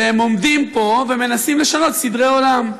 והם עומדים פה ומנסים לשנות סדרי עולם.